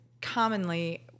commonly